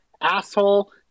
asshole